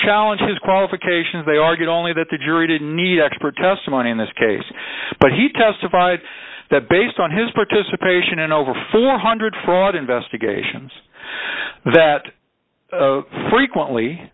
challenge his qualifications they argued only that the jury didn't need expert testimony in this case but he testified that based on his participation in over four hundred fraud investigations that frequently